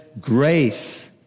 grace